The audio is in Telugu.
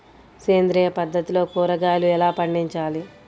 సేంద్రియ పద్ధతిలో కూరగాయలు ఎలా పండించాలి?